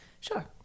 Sure